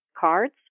cards